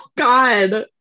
god